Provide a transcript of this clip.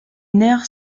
nerfs